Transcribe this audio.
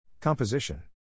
composition